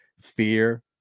fear